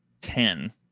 ten